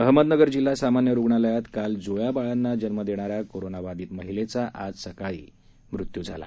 अहमदनगर जिल्हा सामान्य रुग्णालयात काल जुळ्या बाळांना जन्म देणाऱ्या कोरोनाबाधित महिलेचा आज सकाळी मृत्यू झाला